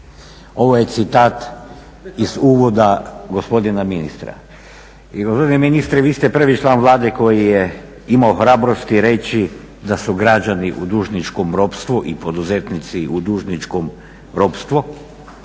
Ovo je citat iz uvoda gospodina ministra. Gospodine ministre vi ste prvi član Vlade koji je imao hrabrosti reći da su građani u dužničkom ropstvu i poduzetnici u dužničkom ropstvu,